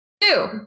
two